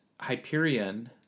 Hyperion